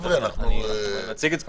זו פעם